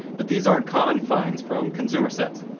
but these aren't common finds from consumer sets.